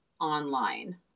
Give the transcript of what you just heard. online